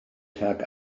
rhag